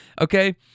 okay